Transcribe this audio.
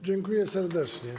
Dziękuję serdecznie.